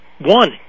one